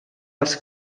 els